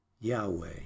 Yahweh